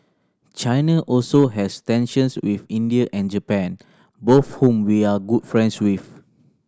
China also has tensions with India and Japan both whom we are good friends with